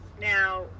Now